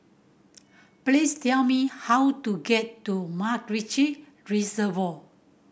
please tell me how to get to MacRitchie Reservoir